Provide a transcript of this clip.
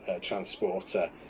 transporter